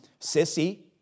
sissy